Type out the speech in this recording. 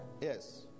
Yes